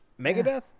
Megadeth